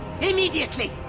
Immediately